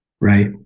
Right